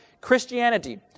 Christianity